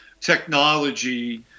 technology